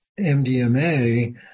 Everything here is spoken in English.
MDMA